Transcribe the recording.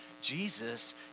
Jesus